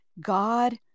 God